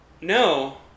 No